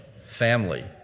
family